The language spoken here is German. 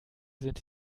sind